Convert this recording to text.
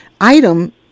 item